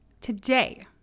Today